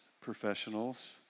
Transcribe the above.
professionals